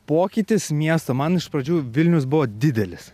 pokytis miesto man iš pradžių vilnius buvo didelis